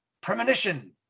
Premonition